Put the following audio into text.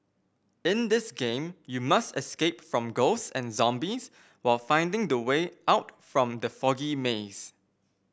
in this game you must escape from ghosts and zombies while finding the way out from the foggy maze